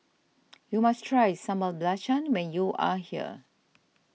you must try Sambal Belacan when you are here